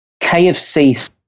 KFC